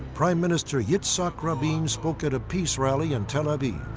prime minister yitzhak rabin spoke at a peace rally in tel aviv.